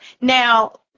now